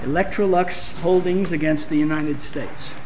electrolux holdings against the united states